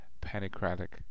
pancreatic